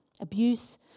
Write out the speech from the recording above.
abuse